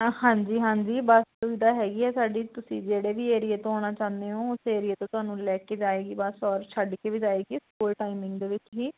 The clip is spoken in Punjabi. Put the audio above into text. ਹਾਂਜੀ ਹਾਂਜੀ ਬਸ ਸੁਵਿਧਾ ਹੈਗੀ ਆ ਸਾਡੀ ਤੁਸੀਂ ਜਿਹੜੇ ਵੀ ਏਰੀਏ ਤੋਂ ਆਉਣਾ ਚਾਹੁੰਦੇ ਹੋ ਉਸ ਏਰੀਏ ਤੋਂ ਤੁਹਾਨੂੰ ਲੈ ਕੇ ਜਾਏਗੀ ਬਸ ਔਰ ਛੱਡ ਕੇ ਵੀ ਜਾਏਗੀ ਸਕੂਲ ਟਾਈਮਿੰਗ ਦੇ ਵਿੱਚ ਹੀ